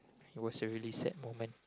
it was a really sad moment